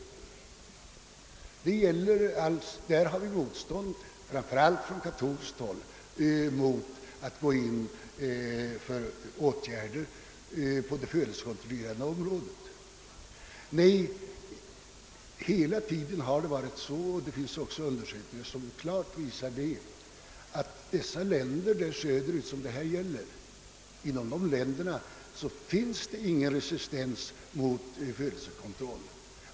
Det är där det fortfarande finns ett motstånd, framför allt från katolskt håll, mot åtgärder på det födelsekontrollerande området. Men det har hela tiden varit så — det finns också undersökningar som klart visar detta — att det inom u-länderna själva inte finns någon nämnvärd resistens mot födelsekontroll.